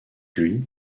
lui